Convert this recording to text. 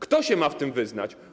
Kto się ma w tym wyznać?